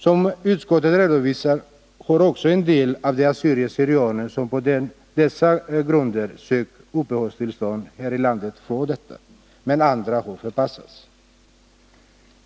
Som utskottet redovisar har också en del av de assyrier/syrianer som på dessa grunder sökt uppehållstillstånd här i landet fått detta, medan andra har förpassats.